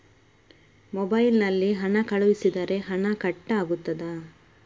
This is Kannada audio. ಮೊಬೈಲ್ ನಲ್ಲಿ ಹಣ ಕಳುಹಿಸಿದರೆ ಹಣ ಕಟ್ ಆಗುತ್ತದಾ?